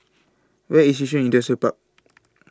Where IS Yishun Industrial Park